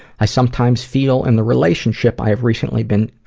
i sometimes feel in the relationship i have recently been,